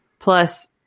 Plus